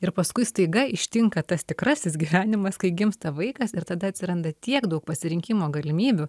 ir paskui staiga ištinka tas tikrasis gyvenimas kai gimsta vaikas ir tada atsiranda tiek daug pasirinkimo galimybių